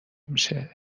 میشه